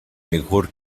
mejor